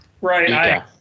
Right